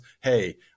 hey